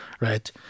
Right